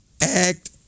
act